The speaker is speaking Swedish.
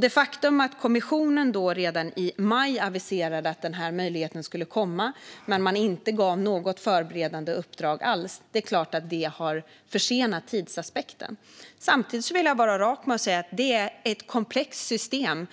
Det faktum att man inte gav något förberedande uppdrag alls trots att kommissionen redan i maj aviserade att den här möjligheten skulle komma har självklart inneburit en försening. Samtidigt vill jag vara tydlig med att det behövs ett komplext system